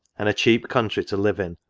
and a cheap country to live in,